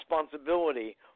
responsibility